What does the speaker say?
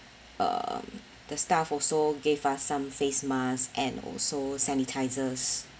uh the staff also gave us some face mask and also sanitisers